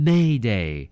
Mayday